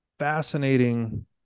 fascinating